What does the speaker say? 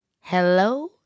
Hello